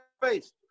face